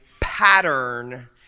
pattern